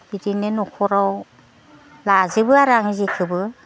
बिदिनो न'खराव लाजोबो आरो आं जिखोबो